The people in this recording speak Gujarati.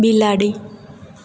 બિલાડી